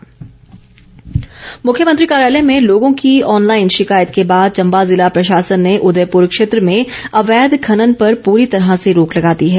अवैध खनन मुख्यमंत्री कार्यालय में लोगों की ऑनलाईन शिकायत के बाद चम्बा जिला प्रशासन ने उदयपुर क्षेत्र में अवैध खनन पर प्री तरह से रोक लगा दी है